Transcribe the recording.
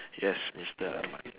yes mister arman